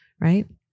right